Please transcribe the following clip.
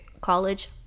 college